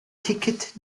ticket